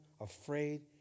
afraid